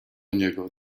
niego